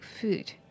food